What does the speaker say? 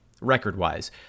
record-wise